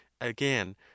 Again